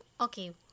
Okay